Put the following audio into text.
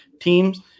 teams